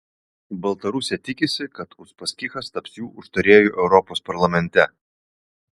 baltarusija tikisi kad uspaskichas taps jų užtarėju europos parlamente